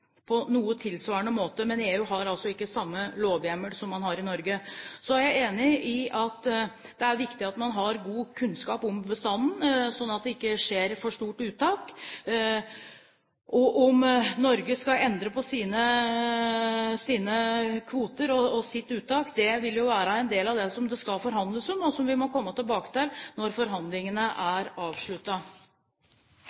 på en noe tilsvarende måte. Men EU har altså ikke samme lovhjemmel som man har i Norge. Så er jeg enig i at det er viktig at man har god kunnskap om bestanden, slik at det ikke skjer et for stort uttak. Om Norge skal endre på sine kvoter og sitt uttak, vil jo være en del av det som det skal forhandles om, og som vi må komme tilbake til når forhandlingene